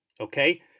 Okay